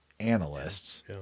analysts